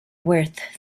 worth